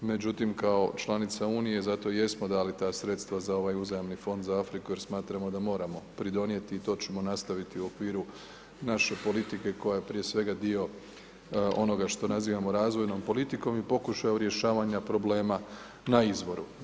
Međutim kao članica Unije zato i jesmo dali ta sredstva za ovaj uzajamni fond za Afriku, jer smatramo da moramo pridonijeti i to ćemo nastaviti u okviru naše politike, koja je prije svega dio onoga što nazivamo razvojnom politikom i pokušajem rješavanju problema na izvoru.